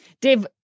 Dave